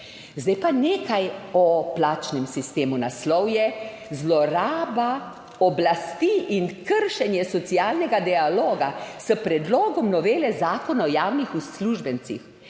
Zdaj pa nekaj o plačnem sistemu, naslov je Zloraba oblasti in kršenje socialnega dialoga s predlogom novele Zakona o javnih uslužbencih